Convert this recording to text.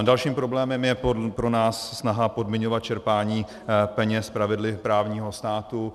Dalším problémem je pro nás snaha podmiňovat čerpání peněz pravidly právního státu.